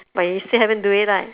but you still haven't do it right